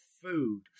food